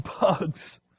Bugs